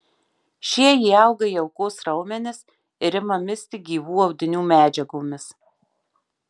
šie įauga į aukos raumenis ir ima misti gyvų audinių medžiagomis